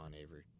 Avery